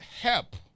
help